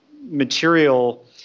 material